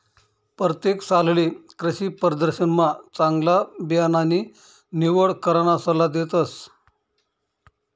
परतेक सालले कृषीप्रदर्शनमा चांगला बियाणानी निवड कराना सल्ला देतस